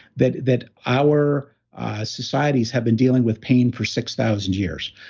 that that our societies have been dealing with pain for six thousand years.